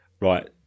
Right